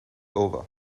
over